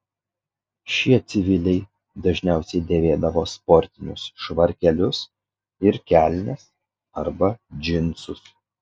šie civiliai dažniausiai dėvėdavo sportinius švarkelius ir kelnes arba džinsus